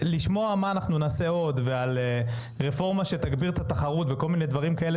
לשמוע מה נעשה עוד ועל רפורמה שתגביר את התחרות וכל מיני דברים כאלה,